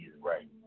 right